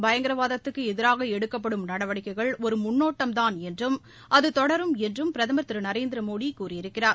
பயங்கரவாதத்துக்கு எதிராக எடுக்கப்படும் நடவடிக்கைகள் ஒரு முன்னோட்டம்தான் என்றும் அது தொடரும் என்றும் பிரதமர் திரு நரேந்திரமோடி கூறியிருக்கிறார்